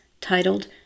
titled